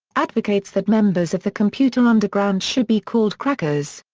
advocates that members of the computer underground should be called crackers.